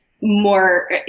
more